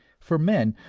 for men,